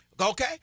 Okay